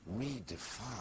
redefine